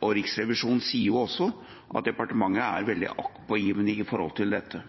Riksrevisjonen sier jo også at departementet er veldig aktpågivende når det gjelder dette.